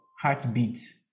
heartbeat